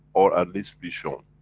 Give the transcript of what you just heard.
or at least be shown.